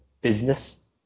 business